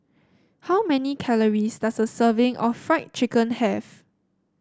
how many calories does a serving of Fried Chicken have